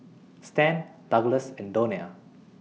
Stan Douglass and Donia